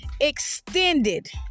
Extended